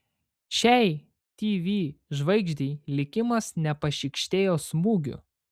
šiai tv žvaigždei likimas nepašykštėjo smūgių